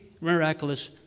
miraculous